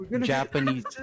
Japanese